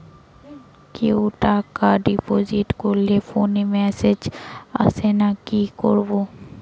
কেউ টাকা ডিপোজিট করলে ফোনে মেসেজ আসেনা কি করবো?